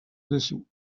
dessous